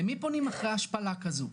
למי פונים אחרי השפלה כזו?